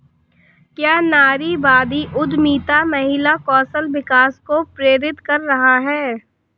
क्या नारीवादी उद्यमिता महिला कौशल विकास को प्रेरित कर रहा है?